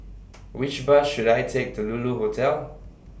Which Bus should I Take to Lulu Hotel